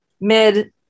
mid